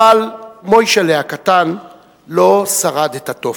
אבל מוישל'ה הקטן לא שרד את התופת.